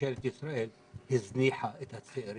שממשלת ישראל הזניחה את הצעירים